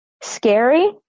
scary